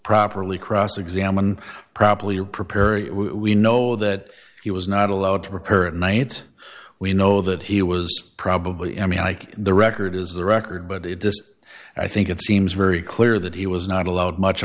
properly cross examine properly or preparing we know that he was not allowed to prepare at night we know that he was probably any like the record is the record but it just i think it seems very clear that he was not allowed much